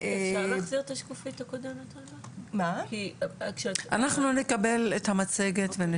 אנחנו נקבל את המצגת.